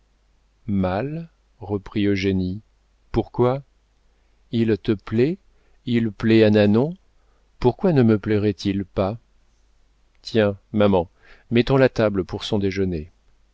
mal mal reprit eugénie pourquoi il te plaît il plaît à nanon pourquoi ne me plairait-il pas tiens maman mettons la table pour son déjeuner